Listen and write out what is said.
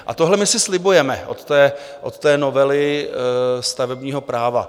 A tohle my si slibujeme od té novely stavebního práva.